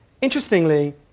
Interestingly